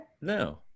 No